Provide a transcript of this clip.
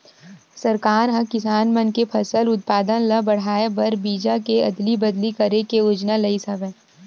सरकार ह किसान मन के फसल उत्पादन ल बड़हाए बर बीजा के अदली बदली करे के योजना लइस हवय